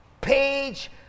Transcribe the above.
page